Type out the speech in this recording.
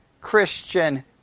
Christian